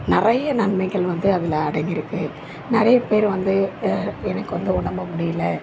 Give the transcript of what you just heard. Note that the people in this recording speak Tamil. நிறைய நன்மைகள் வந்து அதில் அடங்கியிருக்கு நிறைய பேர் வந்து எனக்கு வந்து உடம்பு முடியல